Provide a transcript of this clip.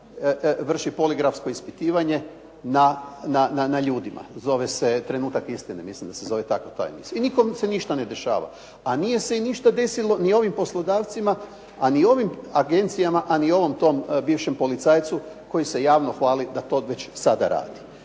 vrši poligrafsko ispitivanje na ljudima. Zove se "Trenutak istine", mislim da se zove tako ta emisija. I nikome se ništa ne dešava. A nije se i ništa desilo ni ovim poslodavcima, a ni ovim agencijama a ni ovom tom bivšem policajcu koji se javno hvali da to već sada radi.